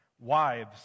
Wives